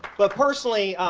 but personally,